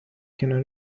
کنار